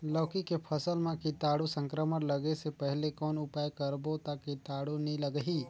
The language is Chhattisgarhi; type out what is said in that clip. लौकी के फसल मां कीटाणु संक्रमण लगे से पहले कौन उपाय करबो ता कीटाणु नी लगही?